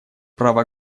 право